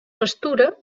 pastura